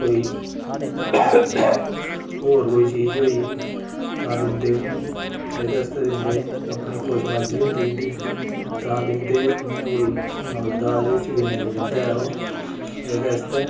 होर कोई चीज होई तां दिंदे उ'नें ई ऐह्दे आस्तै दिंदे अपनी खुश मर्जी होंदी उं'दी तां दिंदे इ'यां कोई दाज च गिनेआ निं जंदा ऐ ओह् एह्दे आस्तै